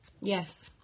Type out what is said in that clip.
yes